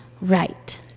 Right